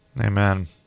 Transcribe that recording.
Amen